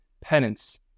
penance